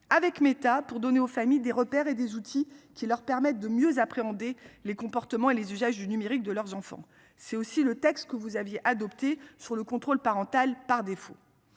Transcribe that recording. avec Meta pour donner aux familles des repères et des outils qui leur permettent de mieux appréhender les comportements et les usages du numérique de leurs enfants, c'est aussi le texte que vous aviez adopté sur le contrôle parental par défaut.